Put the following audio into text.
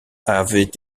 avait